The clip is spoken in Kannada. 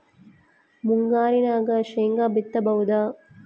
ಮುಂಗಾರಿನಾಗ ಶೇಂಗಾ ಬಿತ್ತಬಹುದಾ?